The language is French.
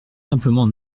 simplement